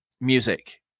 music